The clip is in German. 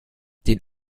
den